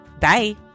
Bye